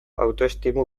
autoestimu